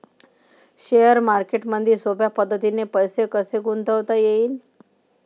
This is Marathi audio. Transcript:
शेअर मार्केटमधी सोप्या पद्धतीने पैसे कसे गुंतवता येईन?